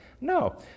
no